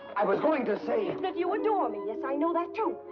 i was going to say and that you adore me. yes, i know that too.